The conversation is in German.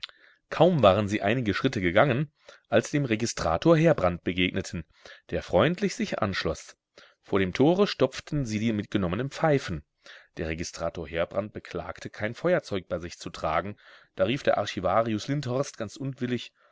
kaum waren sie einige schritte gegangen als sie dem registrator heerbrand begegneten der freundlich sich anschloß vor dem tore stopften sie die mitgenommenen pfeifen der registrator heerbrand beklagte kein feuerzeug bei sich zu tragen da rief der archivarius lindhorst ganz unwillig